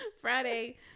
friday